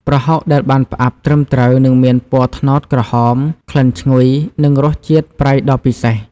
ប្រហុកដែលបានផ្អាប់ត្រឹមត្រូវនឹងមានពណ៌ត្នោតក្រហម ក្លិនឈ្ងុយ និងរសជាតិប្រៃដ៏ពិសេស។